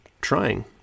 trying